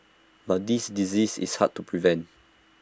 but this disease is hard to prevent